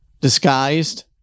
disguised